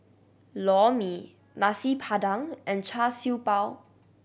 Lor Mee Nasi Padang and Char Siew Bao